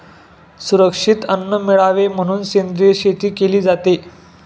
सुरक्षित अन्न मिळावे म्हणून सेंद्रिय शेती केली जाते